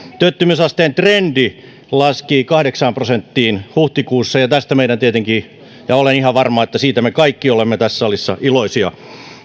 työttömyysasteen trendi laski kahdeksaan prosenttiin huhtikuussa ja tästä me kaikki tietenkin ja olen siitä ihan varma olemme tässä salissa iloisia